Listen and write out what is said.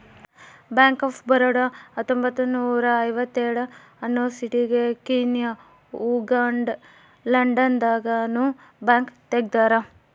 bank of Baroda ಹತ್ತೊಂಬತ್ತ್ನೂರ ಐವತ್ತೇಳ ಅನ್ನೊಸ್ಟಿಗೆ ಕೀನ್ಯಾ ಉಗಾಂಡ ಲಂಡನ್ ದಾಗ ನು ಬ್ಯಾಂಕ್ ತೆಗ್ದಾರ